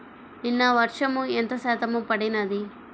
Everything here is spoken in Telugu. నిన్న వర్షము ఎంత శాతము పడినది?